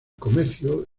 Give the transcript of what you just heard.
comercio